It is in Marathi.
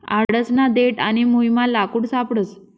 आडसना देठ आणि मुयमा लाकूड सापडस